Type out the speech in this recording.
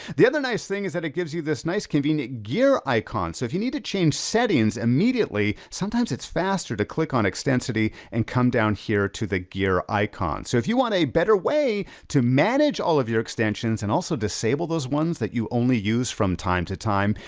the other nice thing is that it gives you this nice convenient gear icon. so if you need to change settings immediately, sometimes it's faster to click on extensity, and come down here to the gear icon. so if you want a better way to manage all of your extensions and also disable those ones that you only use from time to time,